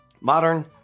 Modern